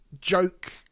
joke